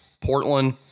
Portland